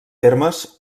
termes